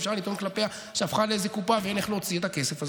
שאפשר לטעון כלפיה שהפכה לאיזה קופה ואין איך להוציא את הכסף הזה.